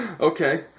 Okay